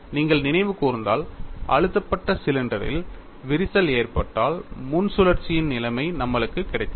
நீங்கள் நினைவு கூர்ந்தால் அழுத்தப்பட்ட சிலிண்டரில் விரிசல் ஏற்பட்டால் முன் சுழற்சியின் நிலைமை நம்மளுக்கு கிடைத்தது